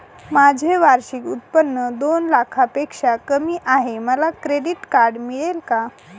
माझे वार्षिक उत्त्पन्न दोन लाखांपेक्षा कमी आहे, मला क्रेडिट कार्ड मिळेल का?